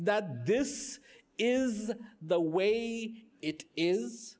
that this is the way it is